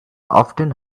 often